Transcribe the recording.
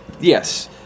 Yes